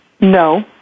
No